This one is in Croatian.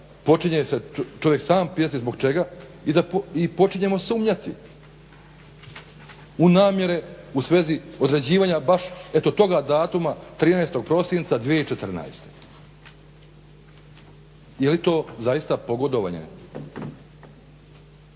počinje se čovjek sam pitati zbog čega i počinjemo sumnjati u namjere u svezi određivanja baš eto toga datuma 13. prosinca 2014. Je li to zaista pogodovanje?